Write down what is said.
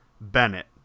Bennett